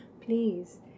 please